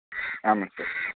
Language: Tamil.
ஆமாம்ங்க சார்